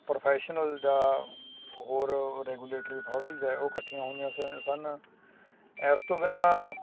professional ਜਾਂ ਹੋਰ regulatory authorities ਹੈ ਉਹ ਇਕੱਠੀਆਂ ਹੋਈਆਂ ਸੈ ਸਨ ਇਸ ਤੋਂ ਬਿਨਾਂ